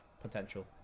potential